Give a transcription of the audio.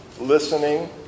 listening